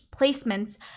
placements